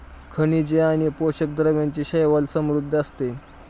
खनिजे आणि पोषक द्रव्यांनी शैवाल समृद्ध असतं